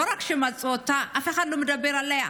לא רק שלא מצאו אותה, אף אחד לא מדבר עליה.